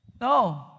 no